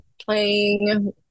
playing